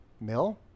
mill